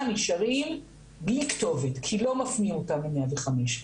נשארים בלי כתובת כי לא מפנים אותם ל-105.